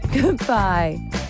Goodbye